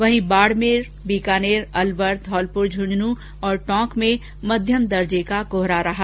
वहीं बाडमेर बीकानेर अलवर धौलपुर ड्रुंड्रुनू और टोंक में मध्यम दर्जे का कोहरा रहा